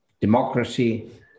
democracy